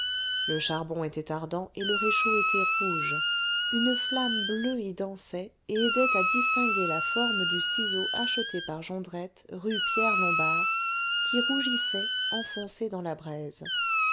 le charbon était ardent et le réchaud était rouge une flamme bleue y dansait et aidait à distinguer la forme du ciseau acheté par jondrette rue pierre lombard qui rougissait enfoncé dans la braise